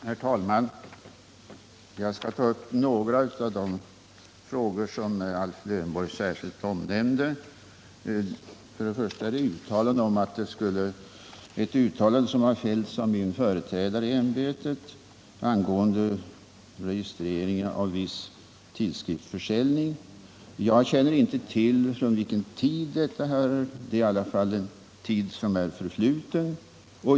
Herr talman! Jag skall ta upp några av de frågor som Alf Lövenborg särskilt omnämnde. Det gäller först ett uttalande som har fällts av min företrädare i ämbetet angående registrering av viss tidskriftsförsäljning. Jag känner inte till från vilken tid detta härrör, men det är i alla fall en tid som är förfluten.